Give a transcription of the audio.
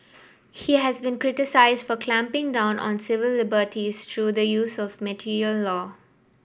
he has been criticised for clamping down on civil liberties through the use of martial law